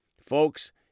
Folks